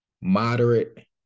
moderate